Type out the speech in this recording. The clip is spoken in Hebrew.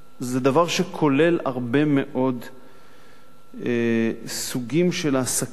דבר שכולל הרבה מאוד סוגים של העסקה,